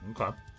Okay